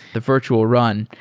the virtual run,